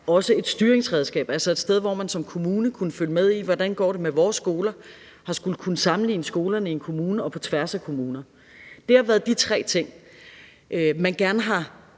være et styringsredskab, så man som kommune kunne følge med i, hvordan det går med kommunens skoler, og kunne sammenligne skolerne i kommunen og på tværs af kommuner. Det er de tre ting, man gerne har